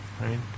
right